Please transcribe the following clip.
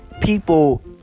people